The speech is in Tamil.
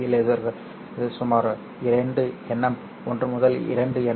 பி லேசர்கள் சுமார் 2nm ஒன்று முதல் 2 என்